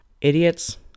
Idiots